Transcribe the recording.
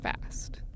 fast